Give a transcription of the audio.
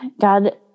God